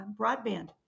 broadband